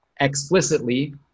explicitly